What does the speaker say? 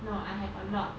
no I have a lot